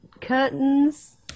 curtains